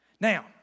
Now